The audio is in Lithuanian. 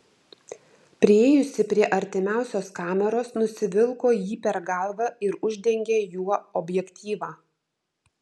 priėjusi prie artimiausios kameros nusivilko jį per galvą ir uždengė juo objektyvą